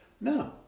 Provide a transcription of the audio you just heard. No